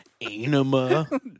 enema